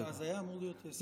זה היה אמור להיות עשר דקות.